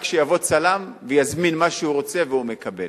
רק שיבוא צלם ויזמין מה שהוא רוצה, והוא מקבל.